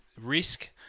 risk